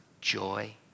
joy